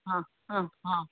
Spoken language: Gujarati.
હા હા હા